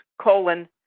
colon